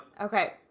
Okay